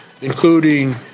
including